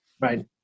Right